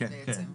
כן.